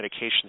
medications